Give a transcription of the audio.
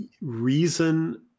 reason